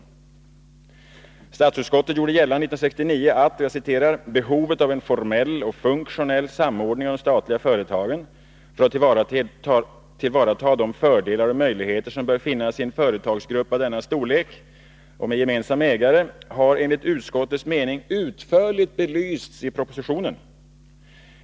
Statsutskottet gjorde gällande 1969 att ”behovet av en formell och funktionell samordning av de statliga företagen för att tillvarata de fördelar och möjligheter som bör finnas i en företagsgrupp av denna storlek och med gemensam ägare har enligt utskottets mening utförligt belysts i propositionen.